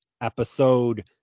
episode